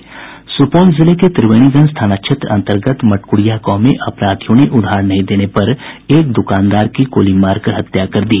सुपौल जिले के त्रिवेणीगंज थाना क्षेत्र अंतर्गत मटकुरिया गांव में अपराधियों ने उधार नहीं देने पर एक दुकानदार की गोली मारकर हत्या कर दी